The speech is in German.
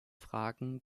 fragen